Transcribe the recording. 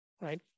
right